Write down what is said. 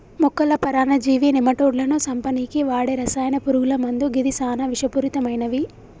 మొక్కల పరాన్నజీవి నెమటోడ్లను సంపనీకి వాడే రసాయన పురుగుల మందు గిది సానా విషపూరితమైనవి